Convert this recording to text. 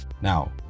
now